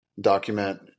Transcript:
document